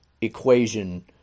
equation